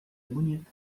bonito